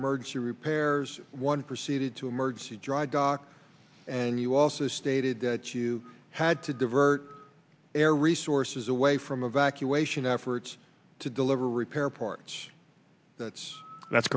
emergency repairs one proceeded to emergency dry dock and you also stated that you had to divert their resources away from evacuation efforts to deliver repair parts that's that's